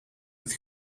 het